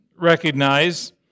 recognize